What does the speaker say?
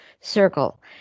circle